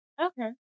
Okay